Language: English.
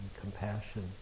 compassion